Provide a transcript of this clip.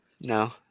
No